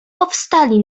powstali